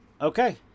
Okay